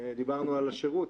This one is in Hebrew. דיברנו על השירות.